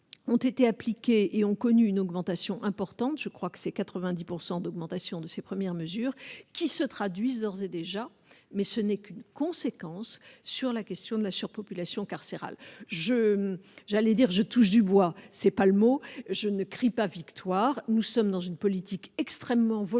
ont été appliquées et ont connu une augmentation importante, je crois que c'est 90 pourcent d'augmentation de ces premières mesures qui se traduisent d'ores et déjà, mais ce n'est qu'une conséquence sur la question de la surpopulation carcérale, je j'allais dire, je touche du bois, ce n'est pas le mot je ne crie pas victoire, nous sommes dans une politique extrêmement volontariste,